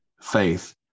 faith